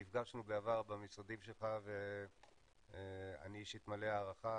נפגשנו בעבר במשרדים שלך ואני אישית מלא הערכה,